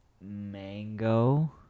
mango